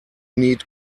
need